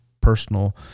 personal